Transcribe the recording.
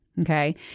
Okay